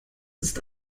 ist